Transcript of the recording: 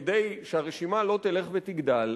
כדי שהרשימה לא תלך ותגדל.